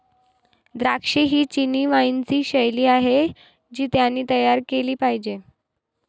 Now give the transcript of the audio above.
द्राक्षे ही चिनी वाइनची शैली आहे जी त्यांनी तयार केली पाहिजे